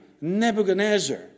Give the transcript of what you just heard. Nebuchadnezzar